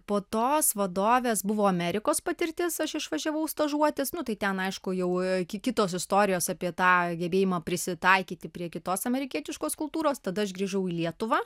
po tos vadovės buvo amerikos patirtis aš išvažiavau stažuotis nu tai ten aišku jau ki kitos istorijos apie tą gebėjimą prisitaikyti prie kitos amerikietiškos kultūros tada aš grįžau į lietuvą